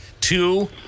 two